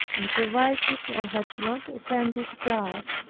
and provided i had not offended god,